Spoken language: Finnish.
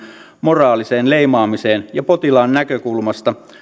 moraaliseen leimaamiseen ja potilaan näkökulmasta